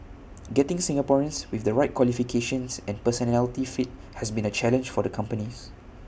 getting Singaporeans with the right qualifications and personality fit has been A challenge for the companies